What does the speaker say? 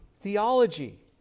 theology